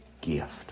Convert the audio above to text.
gift